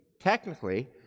technically